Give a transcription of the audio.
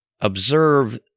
observe